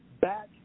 back